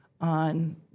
on